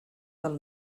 del